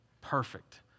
Perfect